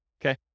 Okay